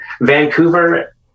Vancouver